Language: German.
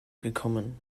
gekommen